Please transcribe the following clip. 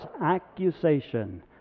accusation